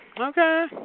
Okay